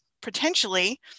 potentially